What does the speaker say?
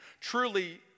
Truly